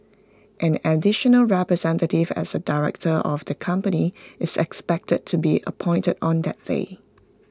an additional representative as A director of the company is expected to be appointed on that day